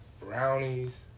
brownies